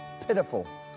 pitiful